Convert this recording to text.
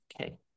Okay